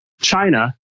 China